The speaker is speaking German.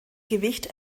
gewicht